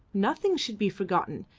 nothing should be forgotten,